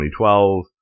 2012